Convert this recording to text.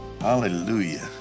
Hallelujah